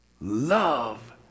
love